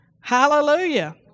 Hallelujah